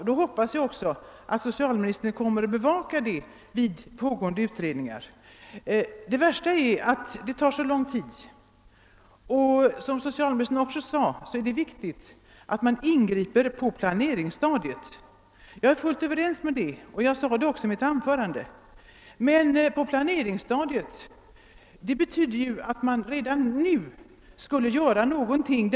Jag hoppas också att socialministern kommer att bevaka dessa frågor vid pågående utredningar. Det värsta är att det tar så lång tid att nå ett resultat. Därför är det, som socialministern också sade, viktigt att ingripa på planeringsstadiet. Jag är helt överens med statsrådet Aspling om det, vilket ju också framgår av mitt förra anförande.